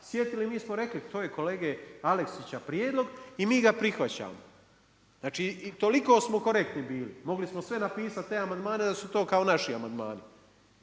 sjetili, mi smo rekli to je kolege Aleksića prijedlog i mi ga prihvaćamo. Znači toliko smo korektni bili, mogli smo sve napisati te amandmane da su to kao naši amandmani